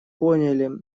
поняли